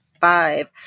five